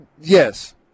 yes